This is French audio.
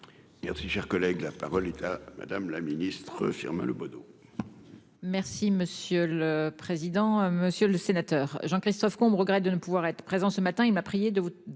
Merci, cher collègue, la parole est à madame la ministre Firmin Le Bodo.